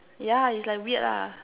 yeah is like weird lah